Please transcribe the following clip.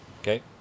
Okay